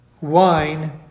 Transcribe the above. Wine